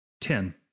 Ten